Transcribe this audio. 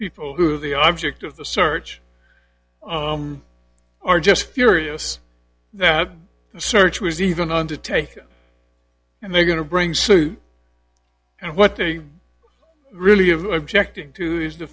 people who are the object of the search are just furious that the search was even on to take and they're going to bring suit and what they really of the objecting to is the